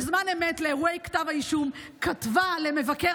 בזמן אמת של אירועי כתב האישום כתבה למבקר